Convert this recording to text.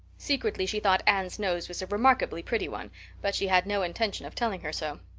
secretly she thought anne's nose was a remarkable pretty one but she had no intention of telling her so.